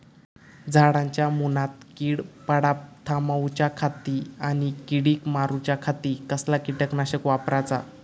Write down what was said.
झाडांच्या मूनात कीड पडाप थामाउच्या खाती आणि किडीक मारूच्याखाती कसला किटकनाशक वापराचा?